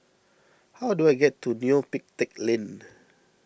how do I get to Neo Pee Teck Lane